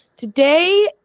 today